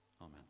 Amen